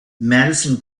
madison